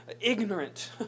ignorant